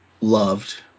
loved